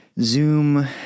Zoom